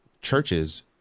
churches